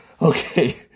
Okay